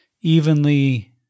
evenly